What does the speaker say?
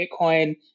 Bitcoin